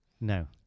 No